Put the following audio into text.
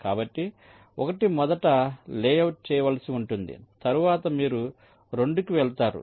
కాబట్టి 1 మొదట లేఅవుట్ చేయవలసి ఉంటుంది తరువాత మీరు 2 కి వెళ్తారు